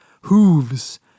hooves